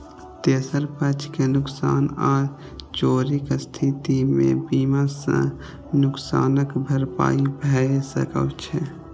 तेसर पक्ष के नुकसान आ चोरीक स्थिति मे बीमा सं नुकसानक भरपाई भए सकै छै